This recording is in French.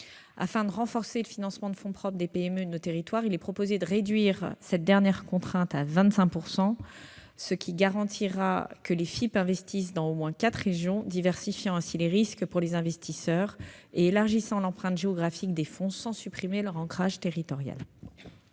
Afin de renforcer le financement de fonds propres des PME de territoire, il est proposé de réduire cette dernière contrainte à 25 %, ce qui garantira que les FIP investissent dans quatre régions au moins. Cela permettra de diversifier les risques pour les investisseurs et d'élargir l'empreinte géographique des fonds sans supprimer leur ancrage territorial.